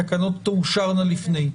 התקנות תאושרנה לפני.